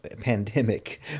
pandemic